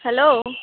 hello